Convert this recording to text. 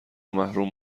محروم